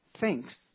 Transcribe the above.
thanks